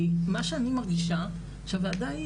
כי מה שאני מרגישה שהוועדה,